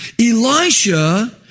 Elisha